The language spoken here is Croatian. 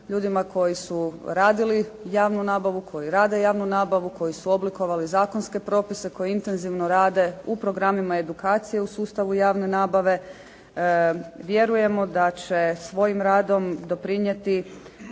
ljudima koji su radili javnu nabavu, koji rade javnu nabavu, koji su oblikovali zakonske propise, koji intenzivno rade u programima edukacije u sustavu javne nabave. Vjerujemo da će svojim radom doprinijeti